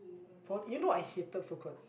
for you know I hated food courts